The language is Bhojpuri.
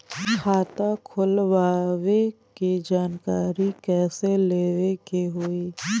खाता खोलवावे के जानकारी कैसे लेवे के होई?